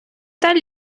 далі